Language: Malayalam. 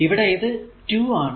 ഇവിടെ ഇത് 2 ആണ്